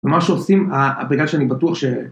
במה שעושים, בגלל שאני בטוח ש...